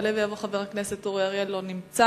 יעלה ויבוא חבר הכנסת אורי אריאל, אינו נוכח.